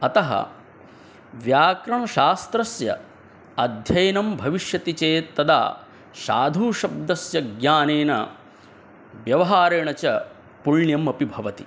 अतः व्याकरणशास्त्रस्य अध्ययनं भविष्यति चेत् तदा साधुशब्दस्य ज्ञानेन व्यवहारेण च पुण्यम् अपि भवति